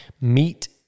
meet